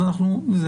אז אנחנו ---.